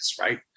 right